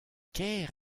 kaer